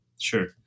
Sure